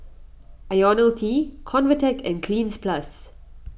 Ionil T Convatec and Cleanz Plus